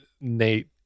Nate